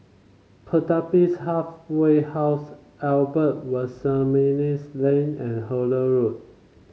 Pertapis Halfway House Albert Lane and Hullet Road